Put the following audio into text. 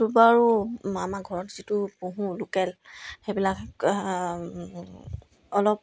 টো বাৰু আমাৰ ঘৰত যিটো পুহো লোকেল সেইবিলাক অলপ